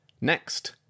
Next